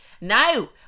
Now